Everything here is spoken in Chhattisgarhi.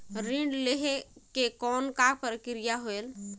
ऋण लहे के कौन का प्रक्रिया होयल?